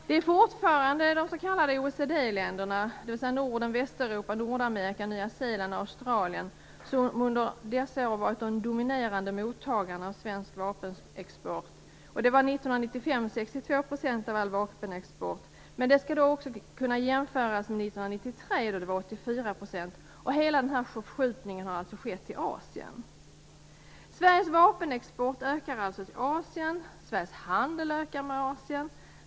Det är fortfarande de s.k. OECD-länderna, dvs. Australien, som under dessa år har varit de dominerande mottagarna av svensk vapenexport. 1995 utgjorde denna export 62 % av all vapenexport. Men detta skall då kunna jämföras med 1993 då exporten var 84 %. Hela denna förskjutning har alltså skett till Sveriges vapenexport ökar alltså till Asien liksom Sveriges handel med Asien.